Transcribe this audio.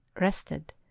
rested